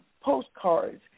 postcards